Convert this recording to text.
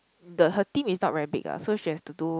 the her team is not very big ah so she has to do